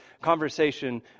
conversation